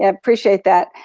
and appreciate that.